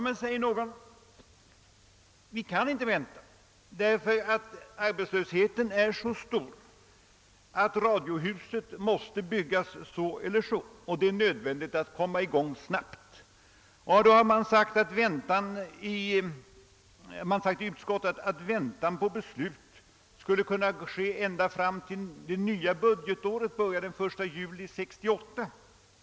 Men, säger någon, vi kan inte vänta därför att arbetslösheten är så stor att radiohuset måste byggas så eller så — det är nödvändigt att komma i gång snabbt. I utskottet har sagts att väntan på beslut skulle kunna bli så lång som fram till det nya budgetårets början den 1 juli 1968.